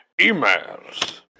emails